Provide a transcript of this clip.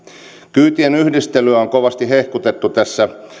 kyytien yhdistelyä on kovasti hehkutettu tässä